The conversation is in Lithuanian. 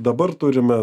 dabar turime